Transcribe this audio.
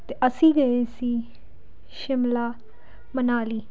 ਅਤੇ ਅਸੀਂ ਗਏ ਸੀ ਸ਼ਿਮਲਾ ਮਨਾਲੀ